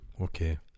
Okay